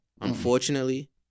Unfortunately